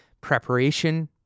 preparation